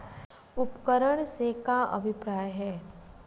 उपकरण से का अभिप्राय हे?